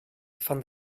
fand